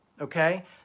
Okay